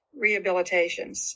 rehabilitations